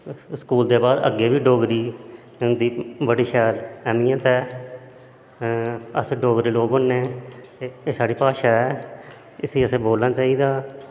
school दै बाद अग्गैं बी डोगरी दी बड़ी शैल ऐह्मियत ऐ अस डोगरे लोग होने ते एह् साढ़ी डोगरी भाशा ऐ इसी असैं बोलना चाही दा